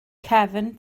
cefn